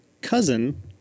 cousin